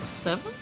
Seven